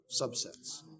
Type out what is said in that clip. subsets